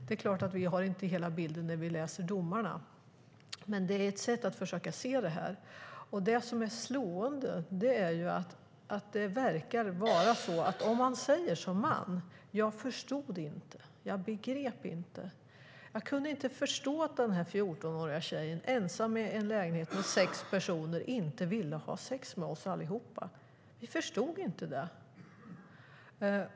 Det är klart att vi inte har hela bilden när vi läser domarna, men det är ändå ett sätt att försöka se det hela. Det som är slående är att det verkar vara så att det räcker att mannen säger: Jag förstod inte, jag begrep, jag kunde inte förstå att den 14-åriga tjejen, ensam i en lägenhet med sex personer, inte ville ha sex med oss allihop.